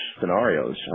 scenarios